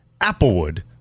Applewood